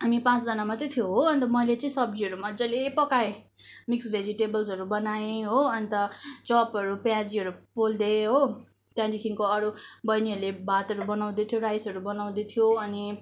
हामी पाँचजना मात्र थियो हो अन्त मैले चाहिँ सब्जीहरू मजाले पकाएँ मिक्स भेजिटेबल्सहरू बनाएँ हो अन्त चपहरू प्याजीहरू पोलिदिएँ हो त्यहाँदेखिको अरू बहिनीहरूले भातहरू बनाउँदैथ्यो राइसहरू बनाउँदैथ्यो अनि